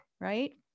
right